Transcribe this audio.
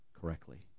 correctly